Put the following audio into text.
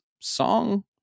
song